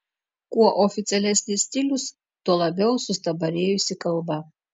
kuo oficialesnis stilius tuo labiau sustabarėjusi kalba